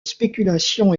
spéculation